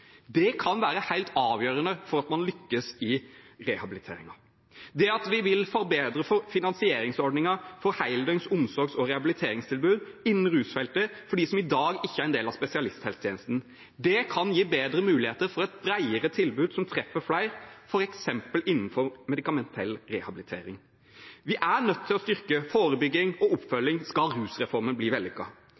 kan være helt avgjørende for at man lykkes i rehabiliteringen. Det at vi vil forbedre finansieringsordningen for heldøgns omsorgs- og rehabiliteringstilbud innen rusfeltet for dem som i dag ikke er en del av spesialisthelsetjenesten, kan gi bedre muligheter for et bredere tilbud som treffer flere, f.eks. innenfor medikamentell rehabilitering. Vi er nødt til å styrke forebygging og oppfølging, skal rusreformen